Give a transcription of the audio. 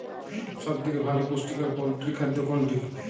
সব থেকে ভালো পুষ্টিকর পোল্ট্রী খাদ্য কোনটি?